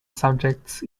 subjects